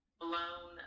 blown